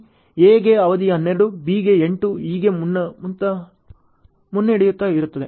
A ಗೆ ಅವಧಿ 12 B ಗೆ 8 ಹೀಗೆ ಮುನ್ನಡೆಯುತ್ತಾ ಇರುತ್ತದೆ